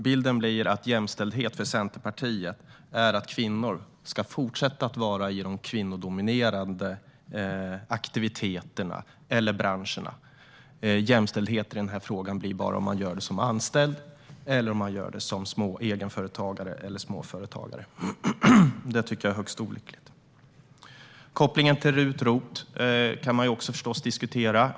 Bilden blir att jämställdhet för Centerpartiet är att kvinnor ska fortsätta vara i de kvinnodominerade branscherna. Jämställdhet i detta sammanhang blir det bara om man arbetar med detta som anställd, som egenföretagare eller småföretagare. Det tycker jag är mycket olyckligt. Kopplingen till RUT och ROT kan man förstås diskutera.